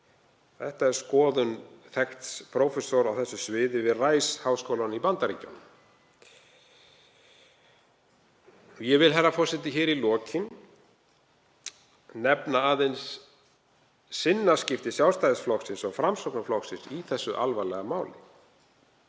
Þetta er skoðun þekkts prófessor á þessu sviði við Rice-háskólann í Bandaríkjunum. Herra forseti. Ég vil hér í lokin nefna aðeins sinnaskipti Sjálfstæðisflokksins og Framsóknarflokksins í þessu alvarlega máli.